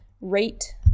Rate